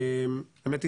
האמת היא,